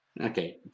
okay